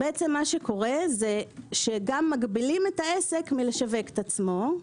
גם מגבילים את העסק מלשווק את עצמו.